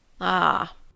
Ah